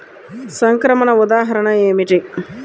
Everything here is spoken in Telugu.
సంక్రమణ ఉదాహరణ ఏమిటి?